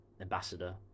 ambassador